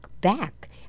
back